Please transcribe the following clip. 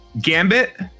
gambit